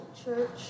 church